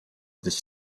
this